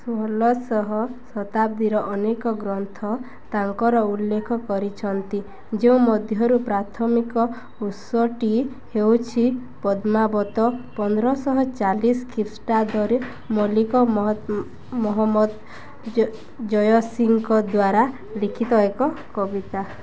ଷୋହଳଶହ ଶତାବ୍ଦୀର ଅନେକ ଗ୍ରନ୍ଥ ତାଙ୍କର ଉଲ୍ଲେଖ କରିଛନ୍ତି ଯେଉଁମଧ୍ୟରୁ ପ୍ରାଥମିକ ଉତ୍ସଟି ହେଉଛି ପଦ୍ମାବତ୍ ପନ୍ଦରଶହ ଚାଳିଶ ଖ୍ରୀଷ୍ଟାବ୍ଦରେ ମଲିକ ମହମ୍ମଦ ଜୟସୀଙ୍କ ଦ୍ୱାରା ଲିଖିତ ଏକ କବିତା